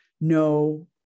No